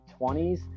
20s